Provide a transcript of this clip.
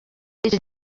iki